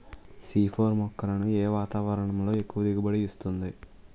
C four మొక్కలను ఏ వాతావరణంలో ఎక్కువ దిగుబడి ఇస్తుంది?